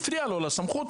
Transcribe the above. הפריע לו לסמכות,